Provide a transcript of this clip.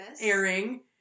airing